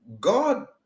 God